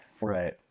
Right